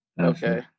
okay